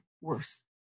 worse